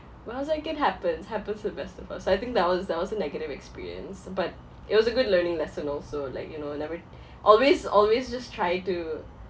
well I was like it happens happens to the best of us so I think that was that was a negative experience but it was a good learning lesson also like you know never always always just try to